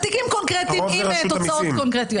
תיקים קונקרטיים עם תוצאות קונקרטיות.